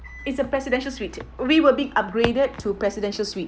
it's a presidential suite we were being upgraded to presidential suite